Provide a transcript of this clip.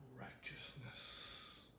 righteousness